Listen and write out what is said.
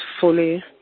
fully